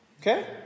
Okay